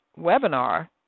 webinar